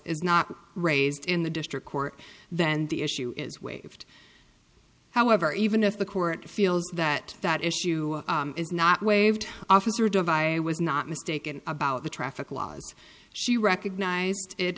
is not raised in the district court then the issue is waived however even if the court feels that that issue is not waived officer device was not mistaken about the traffic laws she recognized it